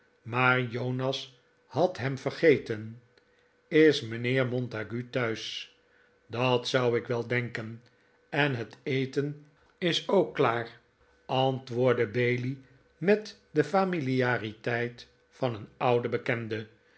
maar jonas had hem vergeten is mijnheer montague thuis dat zou ik wel denken en het eten is ook klaar antwoordde bailey met de familiariteit van een ouden bekende